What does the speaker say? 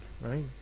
right